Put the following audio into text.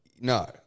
no